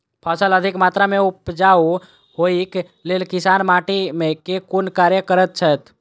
फसल अधिक मात्रा मे उपजाउ होइक लेल किसान माटि मे केँ कुन कार्य करैत छैथ?